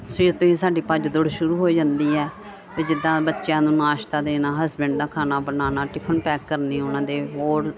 ਸਵੇਰ ਤੋਂ ਸਾਡੀ ਭੱਜ ਦੌੜ ਸ਼ੁਰੂ ਹੋ ਜਾਂਦੀ ਆ ਵੀ ਜਿੱਦਾਂ ਬੱਚਿਆਂ ਨੂੰ ਨਾਸ਼ਤਾ ਦੇਣਾ ਹਸਬੈਂਡ ਦਾ ਖਾਣਾ ਬਣਾਉਣਾ ਟਿਫਨ ਪੈਕ ਕਰਨੇ ਉਹਨਾਂ ਦੇ ਹੋਰ